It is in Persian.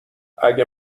اگه